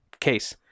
case